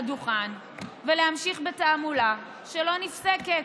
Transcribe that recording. זה נקרא ביקורת.